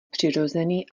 přirozený